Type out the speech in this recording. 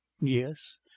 Yes